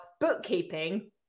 bookkeeping